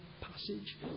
passage